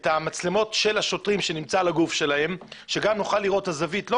את המצלמות של השוטרים שנמצא על הגוף שלהם - שנוכל לראות את הזווית לא